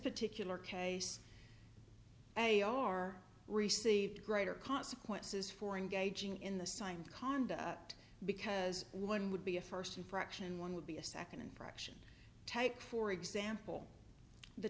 particular case they are received greater consequences for engaging in the sign conduct because one would be a first infraction one would be a second infraction take for example the